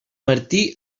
martí